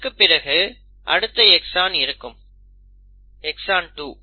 அதற்கு பிறகு அடுத்த எக்ஸான் இருக்கும் எக்ஸான் 2